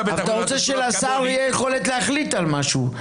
אתה רוצה שלשר תהיה יכולת להחליט על משהו,